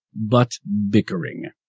but bickering.